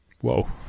Whoa